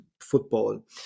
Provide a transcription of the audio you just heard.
football